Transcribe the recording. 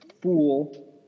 fool